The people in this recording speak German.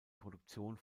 produktion